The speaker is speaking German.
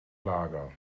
lager